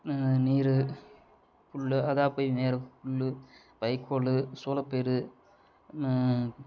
நீர் புல் அதாக போய் மேயறது புல் வைக்கோல் சோளப்பயிரு